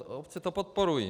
Obce to podporují.